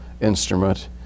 instrument